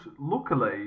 luckily